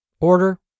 order